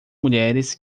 mulheres